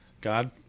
God